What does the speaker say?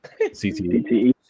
CTE